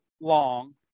long